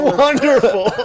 wonderful